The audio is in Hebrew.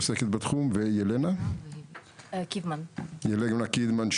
וילנה קידמן,